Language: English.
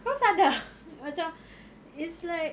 kau sedar macam it's like